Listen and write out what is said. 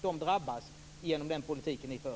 Den drabbas genom den politik ni för.